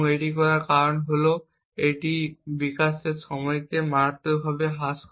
এটি করার কারণটি হল এটি বিকাশের সময়কে মারাত্মকভাবে হ্রাস করে